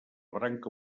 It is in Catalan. branca